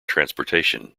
transportation